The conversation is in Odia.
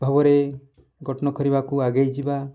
ଭାବରେ ଗଠନ କରିବାକୁ ଆଗେଇ ଯିବା